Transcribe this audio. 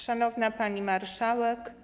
Szanowna Pani Marszałek!